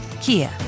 Kia